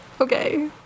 okay